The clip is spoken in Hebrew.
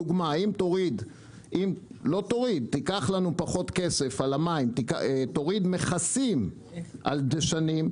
אם תיקח לנו פחות כסף על מים ותוריד מכס על דשנים,